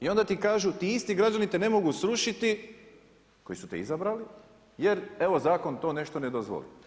I onda ti kažu, ti isti građani te ne mogu srušiti koji su te izabrali, jer evo taj zakon to nešto ne dozvoli.